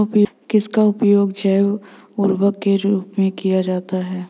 किसका उपयोग जैव उर्वरक के रूप में किया जाता है?